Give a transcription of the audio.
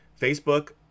Facebook